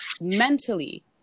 mentally